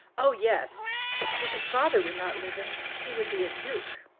oh yes if his father were not living he would be a duke.